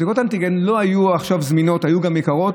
בדיקות אנטיגן לא היו עכשיו זמינות, היו גם יקרות.